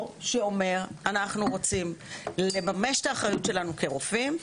שאומר: אנחנו רוצים לממש את האחריות שלנו כרופאים,